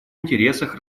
интересах